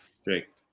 strict